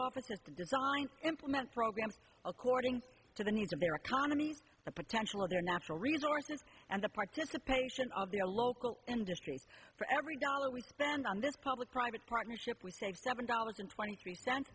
officers to design implement programs according to the needs of their economy the potential of their natural resources and the participation of the local industry for every dollar we spend on this public private partnership we take seven dollars and twenty three cents